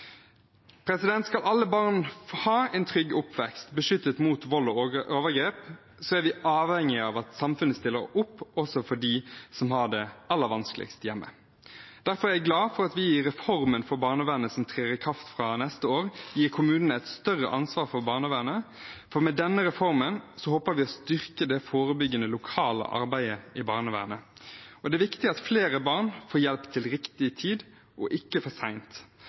Skal alle barn ha en trygg oppvekst, beskyttet mot vold og overgrep, er vi avhengige av at samfunnet stiller opp også for dem som har det aller vanskeligst hjemme. Derfor er jeg glad for at vi i reformen for barnevernet, som trer i kraft fra neste år, gir kommunene et større ansvar for barnevernet. Med denne reformen ønsker vi å styrke det forebyggende lokale arbeidet i barnevernet. Det er viktig at flere barn får hjelp til riktig tid – og ikke for